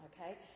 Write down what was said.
okay